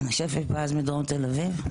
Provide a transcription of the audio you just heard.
שפי פז מדרום תל אביב,